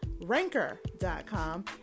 ranker.com